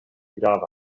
grava